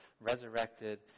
Resurrected